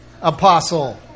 apostle